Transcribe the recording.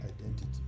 identity